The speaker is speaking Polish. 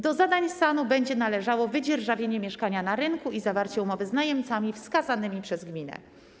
Do zadań SAN będzie należało wydzierżawienie mieszkania na rynku i zawarcie umowy z najemcami wskazanymi przez gminę.